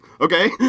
Okay